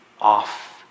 off